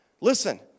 listen